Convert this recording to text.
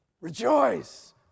rejoice